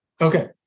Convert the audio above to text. Okay